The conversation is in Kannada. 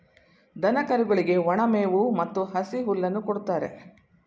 ದನ ಕರುಗಳಿಗೆ ಒಣ ಮೇವು ಮತ್ತು ಹಸಿ ಹುಲ್ಲನ್ನು ಕೊಡುತ್ತಾರೆ